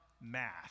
math